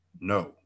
No